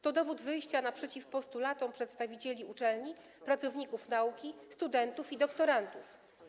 To dowód wyjścia naprzeciw postulatom przedstawicieli uczelni, pracowników nauki, studentów i doktorantów.